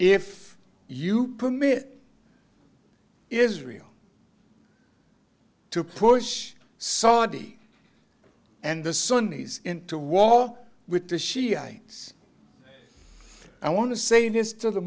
if you permit israel to push saudi and the sudanese into war with the shiites i want to say this to the